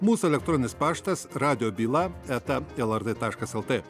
mūsų elektroninis paštas radijo byla eta lrt taškas lt